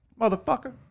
Motherfucker